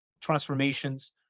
transformations